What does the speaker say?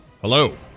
hello